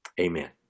Amen